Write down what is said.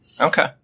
Okay